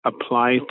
apply